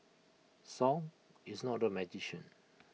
song is not A magician